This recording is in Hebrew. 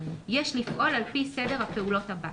יש לפעול על פי סדר הפעולות הבא: